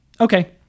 Okay